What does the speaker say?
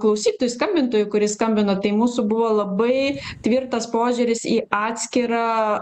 klausytojui skambintojui kuris skambino tai mūsų buvo labai tvirtas požiūris į atskirą